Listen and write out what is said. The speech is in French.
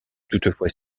toutefois